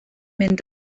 mynd